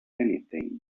anything